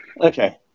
okay